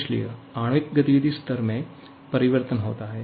इसलिए आणविक गतिविधि स्तर में परिवर्तन होता है